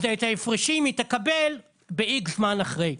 אז את ההפרשים היא תקבל ב-X זמן אחרי.